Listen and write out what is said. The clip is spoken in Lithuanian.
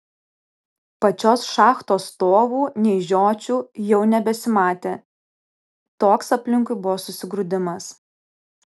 pačios šachtos stovų nei žiočių jau nebesimatė toks aplinkui buvo susigrūdimas